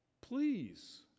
please